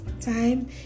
time